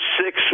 six